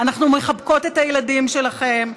אנחנו מחבקות את הילדים שלכם,